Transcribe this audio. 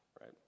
right